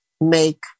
make